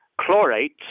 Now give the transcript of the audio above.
chlorates